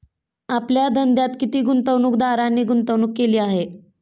आपल्या धंद्यात किती गुंतवणूकदारांनी गुंतवणूक केली आहे?